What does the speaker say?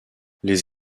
les